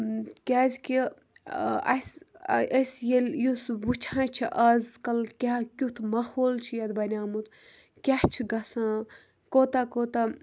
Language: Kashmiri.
کیٛازِکہِ اَسہِ أسۍ ییٚلہِ یُس وٕچھان چھِ آزکَل کیٛاہ کیُتھ ماحول چھِ یَتھ بَنیٛومُت کیٛاہ چھِ گژھان کوٗتاہ کوٗتاہ